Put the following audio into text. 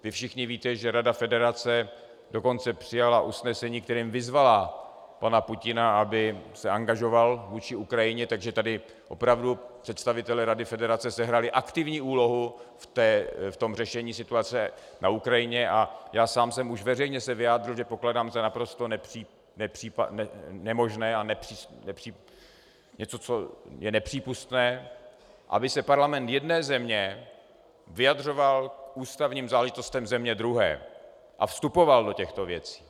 Vy všichni víte, že Rada federace dokonce přijala usnesení, kterým vyzvala pana Putina, aby se angažoval vůči Ukrajině, takže tady opravdu představitelé Rady federace sehráli aktivní úlohu v řešení situace na Ukrajině a já sám jsem se už veřejně vyjádřil, že pokládám za naprosto nemožné a za něco, co je nepřípustné, aby se parlament jedné země vyjadřoval k ústavním záležitostem země druhé a vstupoval do těchto věcí.